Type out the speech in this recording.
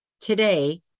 today